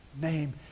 name